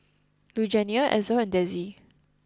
Lugenia Ezell and Dezzie